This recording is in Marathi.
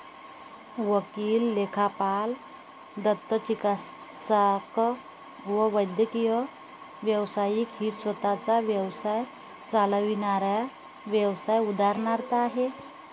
वकील, लेखापाल, दंतचिकित्सक व वैद्यकीय व्यावसायिक ही स्वतः चा व्यवसाय चालविणाऱ्या व्यावसाय उदाहरण आहे